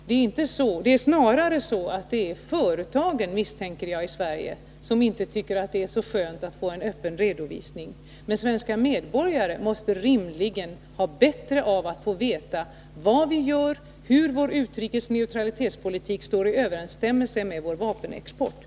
Det är, misstänker jag, företagen i Sverige som inte tycker att det är så skönt att få en öppen redovisning. Svenska medborgare måste rimligen må bättre av att få veta vad vi gör och om vår vapenexport står i överensstämmelse med vår utrikesoch neutralitetspolitik.